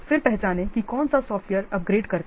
फिर पहचानें कि कौन सा सॉफ़्टवेयर अपग्रेड करता है